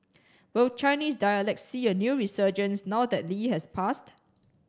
will Chinese dialects see a new resurgence now that Lee has passed